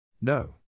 No